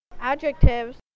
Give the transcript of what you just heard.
adjectives